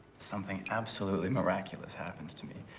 something absolutely miraculous happens to me.